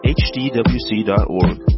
hdwc.org